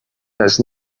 does